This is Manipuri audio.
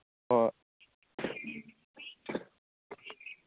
ꯍꯣꯏ